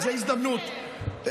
זאת הזדמנות,